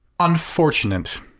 Unfortunate